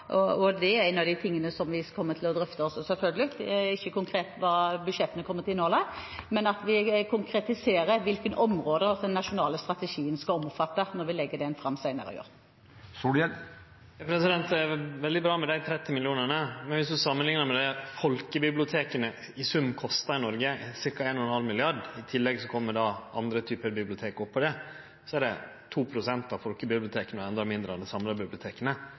Det er en av de tingene som vi selvfølgelig kommer til å drøfte – ikke konkret hva budsjettene kommer til å inneholde – ved at vi konkretiserer hvilke områder den nasjonale strategien skal omfatte når vi legger den fram senere i år. Det er veldig bra med dei 30 millionane, men om ein samanliknar med det folkebiblioteka i sum kostar i Noreg, ca. 1,5 mrd. kr – i tillegg kjem då andre typar bibliotek oppå det – er dette 2 pst. av folkebiblioteka og endå mindre av dei samla